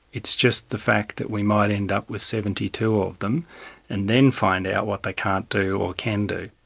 it's just the fact that we might end up with seventy two of them and then find out what they can't do or can do.